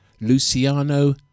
Luciano